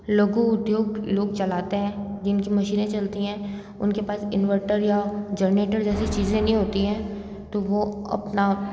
लघु उद्योग लोग चलाते हैं जिनकी मशीनें चलती हैं उनके पास इन्वर्टर या जनरेटर जैसी चीज़ें नहीं होती हैं तो वो अपना